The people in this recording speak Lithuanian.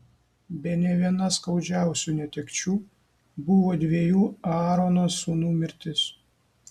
bene viena skaudžiausių netekčių buvo dviejų aarono sūnų mirtis